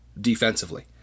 defensively